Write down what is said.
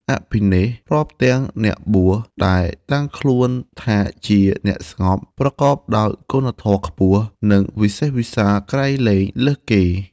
អភិនេស្ក្រម៍ រាប់ទាំងអ្នកបួសដែលតាំងខ្លួនថាជាអ្នកស្ងប់ ប្រកបដោយគុណធម៌ខ្ពស់ និងវិសេសវិសាលក្រៃលែងលើសគេ ។